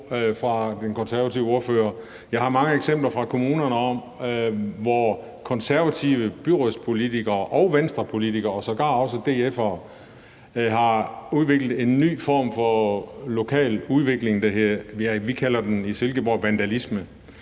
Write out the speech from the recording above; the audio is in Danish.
Jeg har mange eksempler fra kommunerne på, at konservative byrådspolitikere og Venstrepolitikere og sågar også DF'ere har udviklet en ny form for lokal udvikling – i Silkeborg kalder